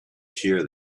shear